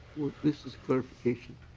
this is clarification.